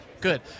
Good